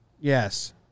Yes